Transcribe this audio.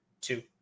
two